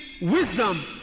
wisdom